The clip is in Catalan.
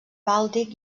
bàltic